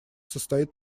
состоит